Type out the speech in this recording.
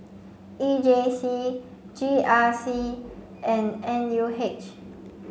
E J C G R C and N U H